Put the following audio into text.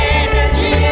energy